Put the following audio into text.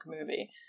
movie